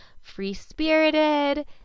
free-spirited